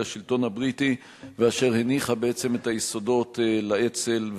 השלטון הבריטי ואשר הניחה בעצם את היסודות לאצ"ל וללח"י.